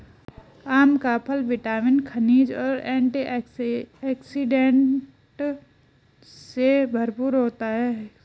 आम का फल विटामिन, खनिज और एंटीऑक्सीडेंट से भरपूर होता है